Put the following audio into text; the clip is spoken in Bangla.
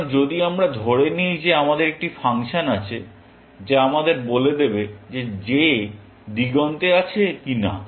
সুতরাং যদি আমরা ধরে নিই যে আমাদের একটি ফাংশন আছে যা আমাদের বলে দেবে যে j দিগন্তে আছে কি না